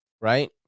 right